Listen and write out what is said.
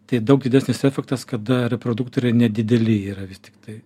tai daug didesnis efektas kada reproduktoriai nedideli yra vis tiktai